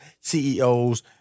CEOs